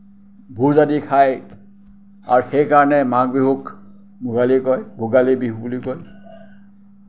ভোজ আদি খায় আৰু সেইকাৰণে মাঘ বিহুক ভোগালী কয় ভোগালী বিহু বুলি কয়